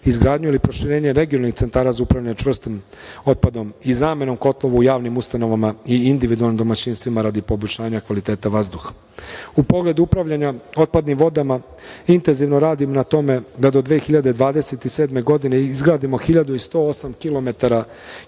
izgradnju ili proširenje regionalnih centara za upravljanje čvrstim otpadom i zamenom kotlova u javnim ustanovama i individualnim domaćinstvima radi poboljšanja kvaliteta vazduha.U pogledu upravljanja otpadnim vodama intenzivno radimo na tome da do 2027. godine izgradimo 108 kilometara